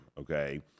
okay